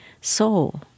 soul